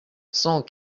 cent